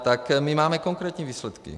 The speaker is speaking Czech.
Tak my máme konkrétní výsledky.